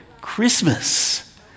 Christmas